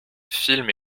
films